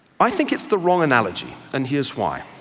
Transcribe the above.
i think it's the wrong analogy, and here's why.